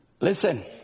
Listen